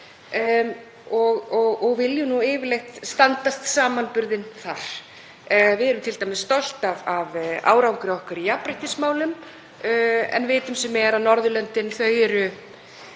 og viljum nú yfirleitt standast samanburð við þær. Við erum t.d. stolt af árangri okkar í jafnréttismálum en við vitum sem er að Norðurlöndin eru